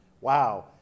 wow